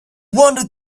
wanted